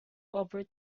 over